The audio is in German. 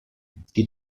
die